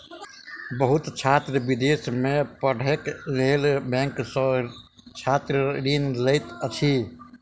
बहुत छात्र विदेश में पढ़ैक लेल बैंक सॅ छात्र ऋण लैत अछि